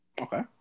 Okay